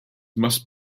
must